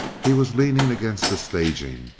he was leaning against the staging,